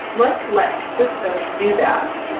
let's let systems do that.